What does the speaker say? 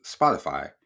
Spotify